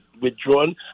withdrawn